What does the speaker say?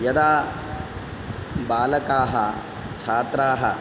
यदा बालकाः छात्राः